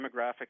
demographic